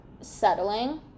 settling